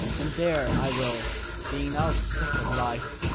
and there i will, being now sick of life,